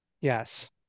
yes